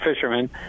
fishermen